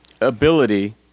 ability